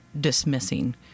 dismissing